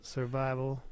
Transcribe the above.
Survival